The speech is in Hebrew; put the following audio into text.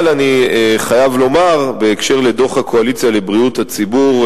אבל אני חייב לומר בהקשר לדוח "הקואליציה לבריאות הציבור",